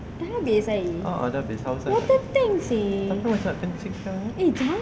a'ah dah habis haus sangat tapi macam nak kencing sekarang eh